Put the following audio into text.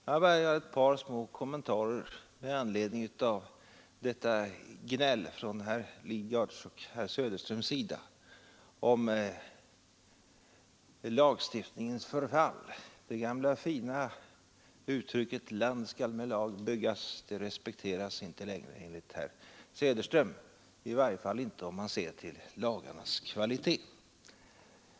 Jag vill bara göra ett par små kommentarer med anledning av detta gnäll från herrar Lidgards och Söderströms sida om lagstiftningens förfall. Det gamla fina uttrycket land skall med lag byggas respekteras inte längre enligt herr Söderström, i varje fall inte om man ser till lagarnas kvalitet.